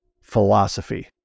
philosophy